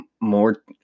more